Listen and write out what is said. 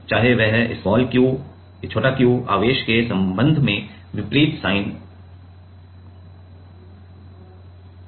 चाहे वह q आवेश के संबंध में विपरीत साइन धन या ऋण हो